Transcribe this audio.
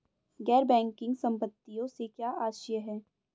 गैर बैंकिंग संपत्तियों से क्या आशय है?